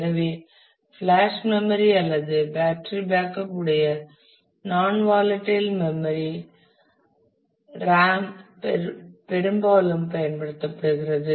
எனவே flash memory அல்லது battery backup உடைய நாண் வாலடைல் மெமரி ராம் பெரும்பாலும் பயன்படுத்தப்படுகிறது